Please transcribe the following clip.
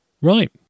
right